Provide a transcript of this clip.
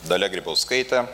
dalia grybauskaite